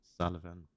Sullivan